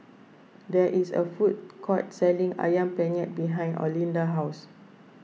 there is a food court selling Ayam Penyet behind Olinda's house